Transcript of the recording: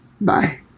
Bye